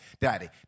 daddy